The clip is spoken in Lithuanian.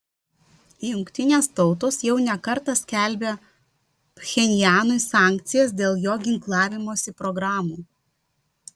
jungtinės tautos jau ne kartą skelbė pchenjanui sankcijas dėl jo ginklavimosi programų